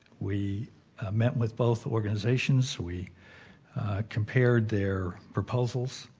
we met with both organizations, we compared their proposals.